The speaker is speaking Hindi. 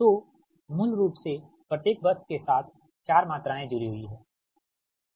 तो मूल रूप से प्रत्येक बस के साथ 4 मात्राएं जुड़ी हुई हैं